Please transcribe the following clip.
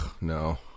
no